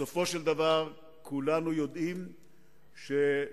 בסופו של דבר כולנו יודעים שתחושות